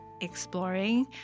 exploring